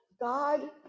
God